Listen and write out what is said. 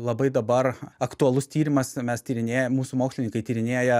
labai dabar aktualus tyrimas mes tyrinėjam mūsų mokslininkai tyrinėja